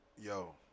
Yo